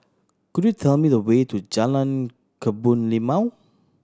could you tell me the way to Jalan Kebun Limau